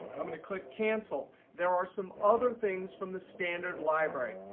i'm going to click cancel. there are some other things from the standard library.